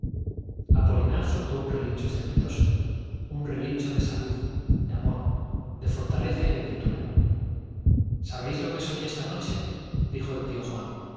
me soltó relincho estrepitoso un relincho apolinar un de salud de amor de fortaleza y de ventura sabéis lo que soñé esta noche dijo el tío juan